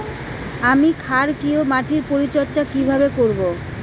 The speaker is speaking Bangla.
আমি ক্ষারকীয় মাটির পরিচর্যা কিভাবে করব?